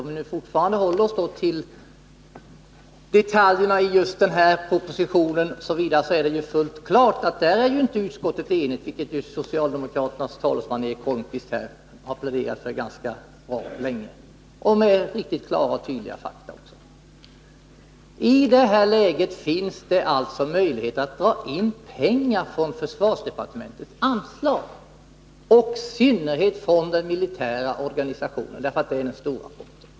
Om vi fortfarande håller oss till detaljerna i den här propositionen, är det fullt klart att utskottet inte är enigt på den punkten, något som socialdemokraternas talesman Eric Holmqvist här har utvecklat ganska länge. Detta är klara och tydliga fakta. I detta läge finns det alltså möjligheter att dra in pengar från försvarsdepartementet— anslag i synnerhet från den militära organisationen — därför att den är stor.